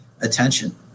attention